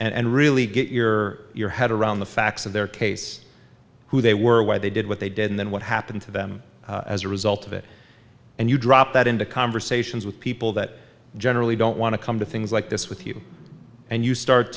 tonight and really get your your head around the facts of their case who they were why they did what they did and then what happened to them as a result of it and you drop that into conversations with people that generally don't want to come to things like this with you and you start